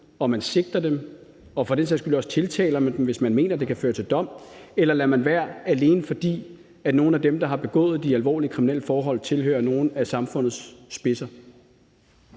og man tiltaler dem for den sags skyld også, hvis man mener, at det kan føre til dom, men lader man være, alene fordi nogle af dem, der har begået de alvorlige kriminelle forhold, tilhører nogle af samfundets spidser,